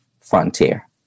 frontier